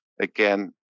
again